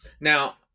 Now